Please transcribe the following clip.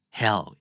hell